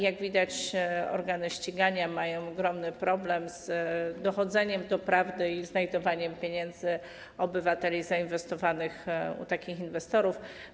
Jak widać, organy ścigania mają ogromny problem z dochodzeniem do prawdy i znajdowaniem pieniędzy obywateli zainwestowanych u takich inwestorów.